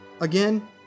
again